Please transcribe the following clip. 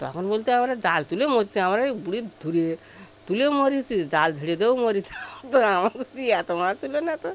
তখন বলছে আমরা জাল তুলে মরছি আমরা এই বুড়ি ধরে তুলে মরছি জাল ঝেড়ে দিয়েও মরেছি তো আমাদের তো এত মাছ হল না তো